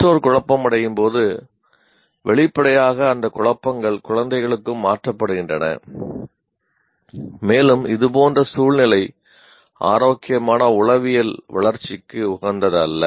பெற்றோர் குழப்பமடையும்போது வெளிப்படையாக அந்த குழப்பங்கள் குழந்தைகளுக்கும் மாற்றப்படுகின்றன மேலும் இதுபோன்ற சூழ்நிலை ஆரோக்கியமான உளவியல் வளர்ச்சிக்கு உகந்ததல்ல